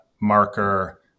marker